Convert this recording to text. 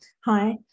Hi